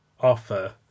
offer